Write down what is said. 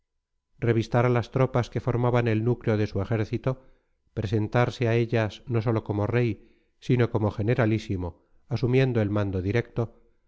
revistar a las tropas que formaban el núcleo de su ejército presentarse a ellas no sólo como rey sino como generalísimo asumiendo el mando directo